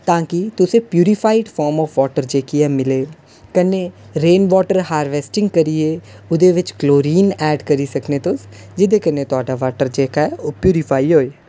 तांकि तुसें purify form of water मिले ते कन्नै रेन बाटर हारबैसटिंग करियै उदे बिच कलोरिन ऐड करी सकने तुस जेह्दे कन्नै थोआढ़ा बाटर जेह्का ऐ प्यूरीफाई होऐ